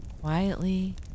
quietly